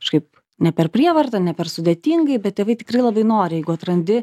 kažkaip ne per prievartą ne per sudėtingai bet tėvai tikrai labai nori jeigu atrandi